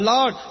Lord